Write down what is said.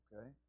okay